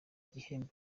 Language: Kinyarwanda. igihembo